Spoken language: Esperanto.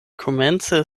komence